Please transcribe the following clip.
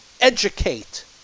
Educate